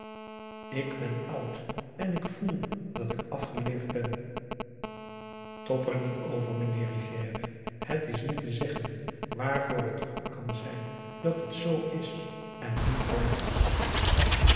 ik ben oud en ik voel dat ik afgeleefd ben tob er niet over meneer rivière het is niet te zeggen waarvoor het goed kan zijn dat het z is en niet anders